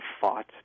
fought